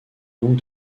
donc